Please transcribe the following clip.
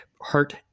heart